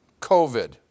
COVID